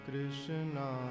Krishna